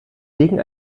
legen